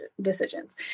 decisions